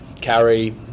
carry